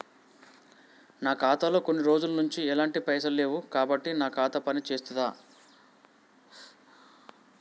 నా ఖాతా లో కొన్ని రోజుల నుంచి ఎలాంటి పైసలు లేవు కాబట్టి నా ఖాతా పని చేస్తుందా?